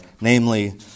Namely